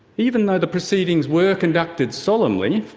even though the proceedings were conducted solemnly,